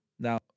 Now